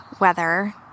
weather